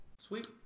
Sweet